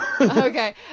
Okay